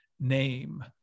name